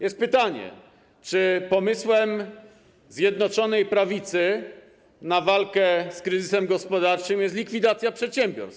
Jest pytanie: Czy pomysłem Zjednoczonej Prawicy na walkę z kryzysem gospodarczym jest likwidacja przedsiębiorstw?